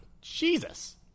Jesus